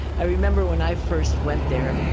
i remember when i first went there,